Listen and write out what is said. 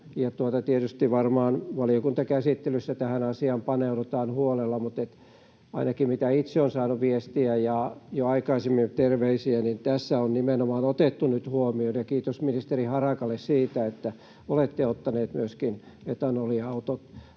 tietysti varmaan valiokuntakäsittelyssä tähän asiaan paneudutaan huolella. Mutta ainakin mitä itse olen saanut viestiä ja terveisiä jo aikaisemmin, niin tässä on nimenomaan otettu nyt huomioon, ja kiitos ministeri Harakalle siitä, että olette ottaneet myöskin etanoliautot